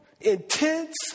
intense